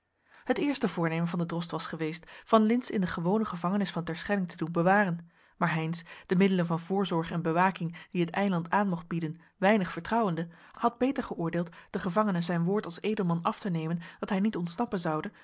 het eerste voornemen van den drost was geweest van lintz in de gewone gevangenis van terschelling te doen bewaren maar heynsz de middelen van voorzorg en bewaking die het eiland aan mocht bieden weinig vertrouwende had beter geoordeeld den gevangene zijn woord als edelman af te nemen dat hij niet ontsnappen zoude